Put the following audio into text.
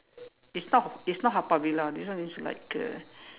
it's not it's not Haw-Par villa this one is like a